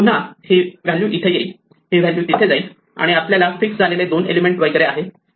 पुन्हा ही व्हॅल्यू इथे येईल ही व्हॅल्यू तिथे जाईल आणि आता आपल्याकडे फिक्स झालेले दोन एलिमेंट वगैरे आहेत